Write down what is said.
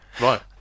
right